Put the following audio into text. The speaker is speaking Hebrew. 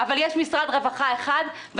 אבל יש משרד רווחה אחד.